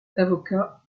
avocat